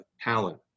talent